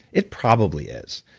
it probably is.